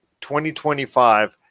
2025